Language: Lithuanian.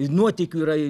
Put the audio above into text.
nuotykių yra